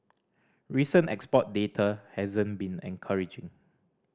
recent export data hasn't been encouraging